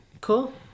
Cool